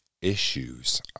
issues